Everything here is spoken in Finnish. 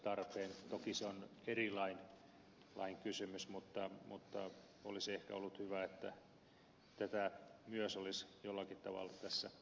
toki se on eri lain kysymys mutta olisi ehkä ollut hyvä että tätä myös olisi jollakin tavalla tässä hahmotettu